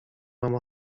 mam